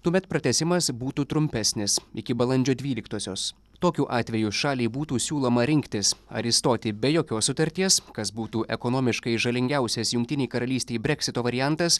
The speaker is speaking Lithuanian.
tuomet pratęsimas būtų trumpesnis iki balandžio dvyliktosios tokiu atveju šaliai būtų siūloma rinktis ar išstoti be jokios sutarties kas būtų ekonomiškai žalingiausias jungtinei karalystei breksito variantas